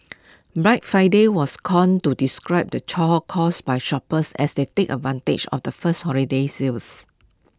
Black Friday was coined to describe the chaw caused by shoppers as they take advantage of the first holiday sales